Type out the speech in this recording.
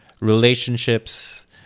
relationships